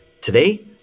Today